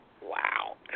Wow